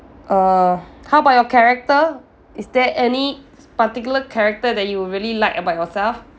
err how about your character is there any particular character that you really like about yourself